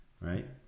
right